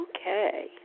Okay